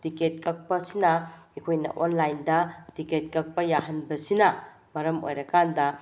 ticket ꯀꯛꯄ ꯑꯁꯤꯅ ꯑꯩꯈꯣꯏꯅ ꯑꯣꯟꯂꯥꯏꯟꯗ ꯇꯤꯛꯀꯦꯠ ꯀꯛꯄ ꯌꯥꯍꯟꯕꯁꯤꯅ ꯃꯔꯝ ꯑꯣꯏꯔꯀꯥꯟꯗ